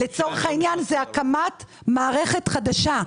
לצורך העניין, זאת הקמת מערכת חדשה.